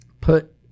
put